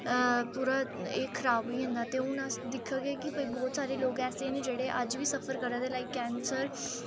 पूरा एह् खराब होई जंदा ते हून अस दिक्खगे कि भई बहोत सारे लोग ऐसे न जेह्ड़े अज्ज बी सफर करा दे लाइक कैंसर